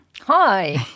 Hi